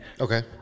Okay